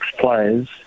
players